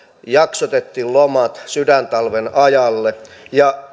jaksotettiin lomat sydäntalven ajalle ja